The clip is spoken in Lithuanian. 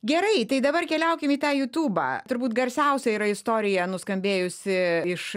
gerai tai dabar keliaukim į tą youtubą turbūt garsiausia yra istorija nuskambėjusi iš